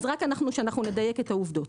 רק שנדייק את העובדות.